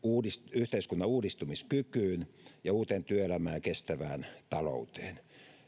yhteiskunnan uudistumiskykyyn ja uuteen työelämään ja kestävään talouteen